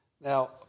Now